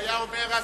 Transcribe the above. הוא היה אומר אז,